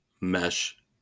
mesh